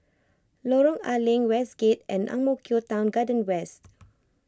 Lorong A Leng Westgate and Ang Mo Kio Town Garden West